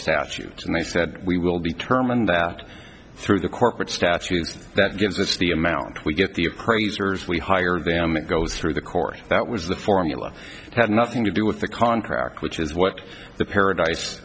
statute and they said we will be determined that through the corporate statute that gives us the amount we get the appraisers we hire them it goes through the courts that was the formula had nothing to do with the contract which is what the paradise